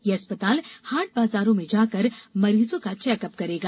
यह अस्पताल हाट बाजारोंमें जाकर मरीजों का चेंक अप करेगा